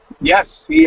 Yes